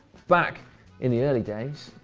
back in the early days,